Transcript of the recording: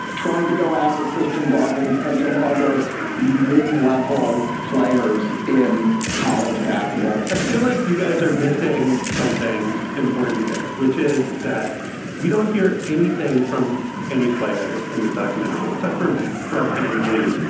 trying to go after christian dawkins and some other mid-level players in college basketball i feel like you guys are missing something important here, which is that we don't hear anything from any players in this documentary except for fred vanvleet,